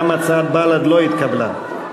גם הצעת בל"ד לא התקבלה.